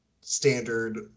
standard